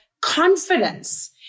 confidence